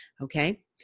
Okay